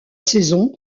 saison